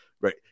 Right